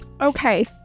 okay